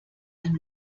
ein